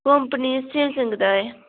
company Samsung दा ऐ